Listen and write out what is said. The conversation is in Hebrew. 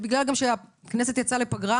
וגם בגלל שהכנסת יצאה לפגרה